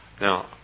Now